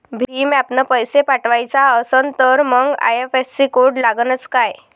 भीम ॲपनं पैसे पाठवायचा असन तर मंग आय.एफ.एस.सी कोड लागनच काय?